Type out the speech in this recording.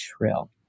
shrill